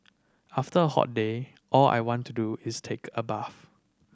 after a hot day all I want to do is take a bath